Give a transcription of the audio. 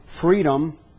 freedom